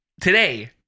today